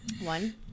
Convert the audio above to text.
One